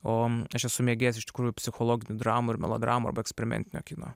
o aš esu mėgėjas iš tikrųjų psichologinių dramų ir melodramų arba eksperimentinio kino